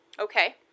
okay